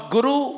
Guru